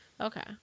Okay